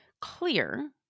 Clear